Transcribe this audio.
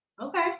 Okay